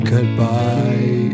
Goodbye